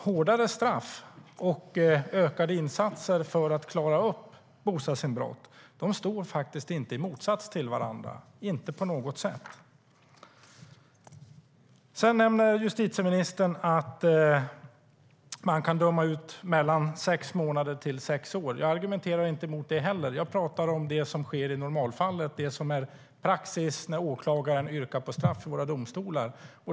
Hårdare straff och ökade insatser för att klara upp bostadsinbrott står inte på något sätt i motsats till varandra. Sedan nämner justitieministern att man kan döma ut mellan sex månader och sex år. Jag argumenterar inte emot det heller. Jag talar om det som sker i normalfallet och det som är praxis när åklagaren yrkar på straff i våra domstolar.